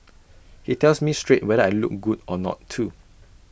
he tells me straight whether I look good or not too